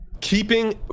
keeping